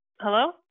Hello